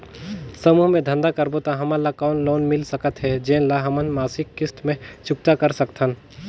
समूह मे धंधा करबो त हमन ल कौन लोन मिल सकत हे, जेन ल हमन मासिक किस्त मे चुकता कर सकथन?